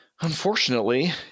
unfortunately